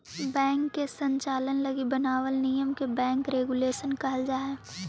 bank के संचालन लगी बनावल नियम के बैंक रेगुलेशन कहल जा हइ